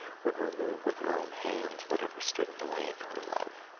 would remove with her own hands whatever stood in the way of her love.